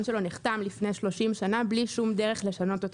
שלו נחתם לפני 30 שנים בלי שום דרך לשנות אותו.